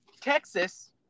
Texas